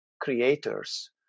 creators